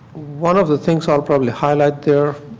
one of the things i will probably highlight there,